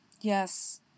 yes